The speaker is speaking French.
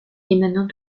émanant